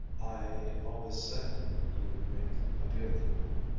i always said you would make a beautiful woman.